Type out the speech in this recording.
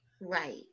Right